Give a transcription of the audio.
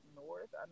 north